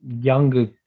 younger